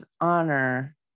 honor